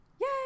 Yay